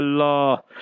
Allah